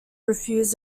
refused